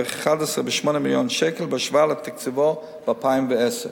ב-8 מיליון שקל בהשוואה לתקציבו ב-2010,